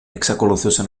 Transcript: εξακολουθούσε